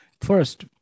first